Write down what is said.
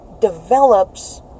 develops